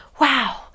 wow